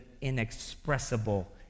inexpressible